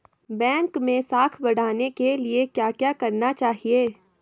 Bank मैं साख बढ़ाने के लिए क्या क्या करना चाहिए?